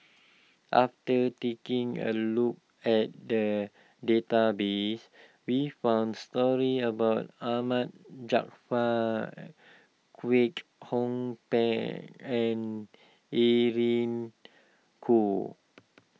after taking a look at the database we found stories about Ahmad Jaafar Kwek Hong Png and Irene Khong